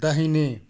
दाहिने